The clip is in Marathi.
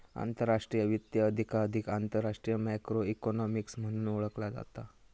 आंतरराष्ट्रीय वित्त, कधीकधी आंतरराष्ट्रीय मॅक्रो इकॉनॉमिक्स म्हणून ओळखला जाता